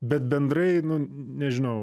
bet bendrai nu nežinau